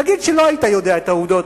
נגיד שלא היית יודע את העובדות,